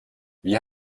wie